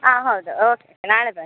ಹಾಂ ಹೌದು ಓಕೆ ನಾಳೆ ಬನ್ನಿ